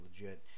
legit